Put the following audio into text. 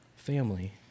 Family